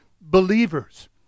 believers